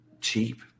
cheap